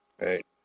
right